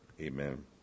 Amen